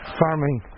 farming